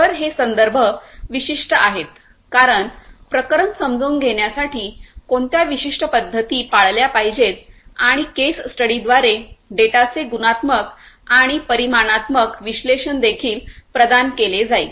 तर हे संदर्भ विशिष्ट आहेत कारण प्रकरण समजून घेण्यासाठी कोणत्या विशिष्ट पद्धती पाळल्या पाहिजेत आणि केस स्टडीद्वारे डेटाचे गुणात्मक आणि परिमाणात्मक विश्लेषण देखील प्रदान केले जाईल